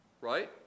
right